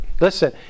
listen